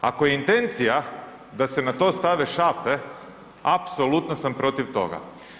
Ako je intencija da se na to stave šape, apsolutno sam protiv toga.